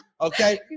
Okay